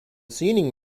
seating